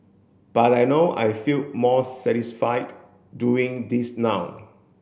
but I know I feel more satisfied doing this now